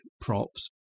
props